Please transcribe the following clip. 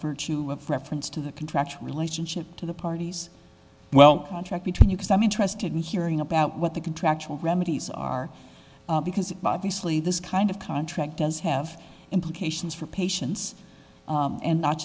virtue of reference to the contractual relationship to the parties well contract between us i'm interested in hearing about what the contractual remedies are because obviously this kind of contract does have implications for patients and not